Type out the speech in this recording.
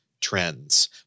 trends